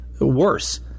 Worse